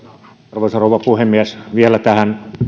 arvoisa rouva puhemies vielä tähän